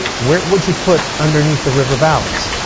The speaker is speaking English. where would you put underneath the river valleys?